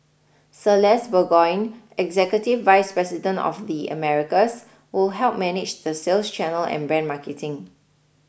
Celeste Burgoyne executive vice president of the Americas will help manage the sales channel and brand marketing